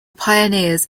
pioneers